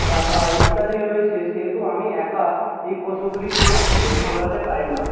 গাধা ইত্যাদি রয়েছে সেহেতু আমি একা এই পশুগুলিকে কিছুতেই সামলাতে পারি না